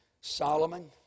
Solomon